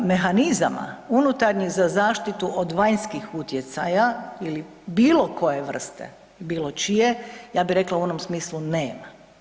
Mehanizama unutarnjih za zaštitu od vanjskih utjecaja ili bilo koje vrste, bilo čije, ja bi rekla u onom smislu, nema.